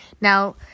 Now